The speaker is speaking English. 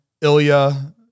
Ilya